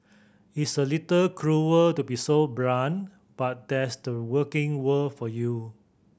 it's a little cruel to be so blunt but that's the working world for you